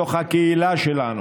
בתוך הקהילה שלנו,